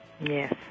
Yes